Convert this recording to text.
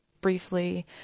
briefly